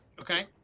Okay